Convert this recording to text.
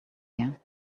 here